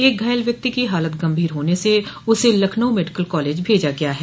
एक घायल व्यक्ति की हालत गंभीर होने से उसे लखनऊ मेडिकल कॉलेज भेजा गया है